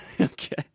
okay